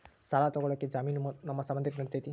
ಸಾಲ ತೊಗೋಳಕ್ಕೆ ಜಾಮೇನು ನಮ್ಮ ಸಂಬಂಧಿಕರು ನಡಿತೈತಿ?